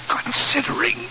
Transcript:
Considering